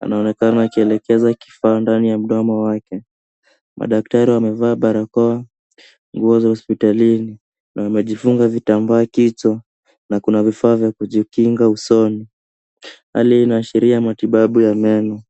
anaonekana akielekeza kifaa ndani ya mdomo wake. Madaktari wamevaa barakoa, nguo za hospitalini na wamejifunga vitambaa kichwa. Na kuna vifaa vya kujikinga usoni. Hali hii inaashiria matibabu ya meno.